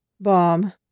bomb